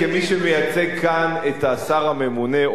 כמי שמייצג כאן את השר הממונה,